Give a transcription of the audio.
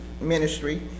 ministry